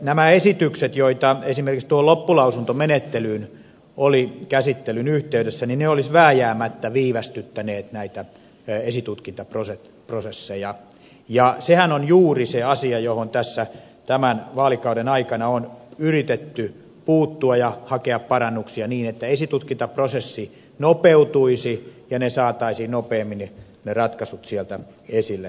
nämä esitykset joita esimerkiksi tuohon loppulausuntomenettelyyn oli käsittelyn yhteydessä olisivat vääjäämättä viivästyttäneet näitä esitutkintaprosesseja ja sehän on juuri se asia johon tässä tämän vaalikauden aikana on yritetty puuttua ja hakea parannuksia niin että esitutkintaprosessi nopeutuisi ja ne ratkaisut saataisiin nopeammin sieltä esille